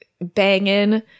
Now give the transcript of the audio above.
banging